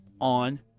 on